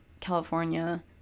California